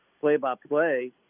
play-by-play